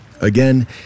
Again